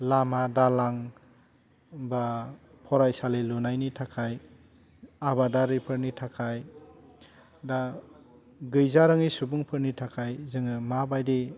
लामा दालां बा फरायसालि लुनायनि थाखाय आबादारिफोरनि थाखाय दा गैजारोङै सुबुंफोरनि थाखाय जोङो माबायदि